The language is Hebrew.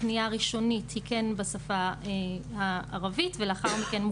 הפנייה הראשונית היא כן בשפה הערבית ולאחר מכן,